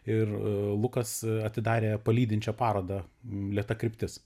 ir lukas atidarė palydinčią parodą lėta kryptis